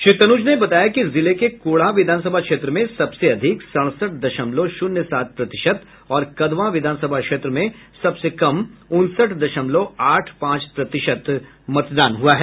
श्री तनुज ने बताया कि जिले के कोढ़ा विधानसभा क्षेत्र में सबसे अधिक सड़सठ दशमलव शून्य सात प्रतिशत और कदवा विधानसभा क्षेत्र में सबसे कम उनसठ दशमलव आठ पांच प्रतिशत मतदान हुआ है